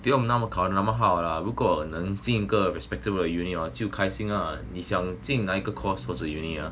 不用那么考得那么好 lah 如果能进一个 respectable 的 uni hor 就开心 ah 你想进那一个 course 或是 uni ah